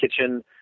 kitchen